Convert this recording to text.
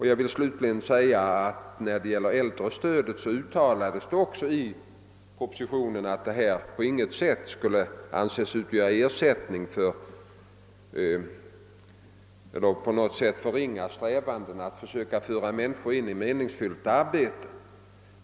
Jag vill slutligen framhålla att det beträffande äldrestödet i propositionen uttalades att detta inte på något sätt skulle leda till en minskning av strävandena att föra in människor i meningsfullt arbete.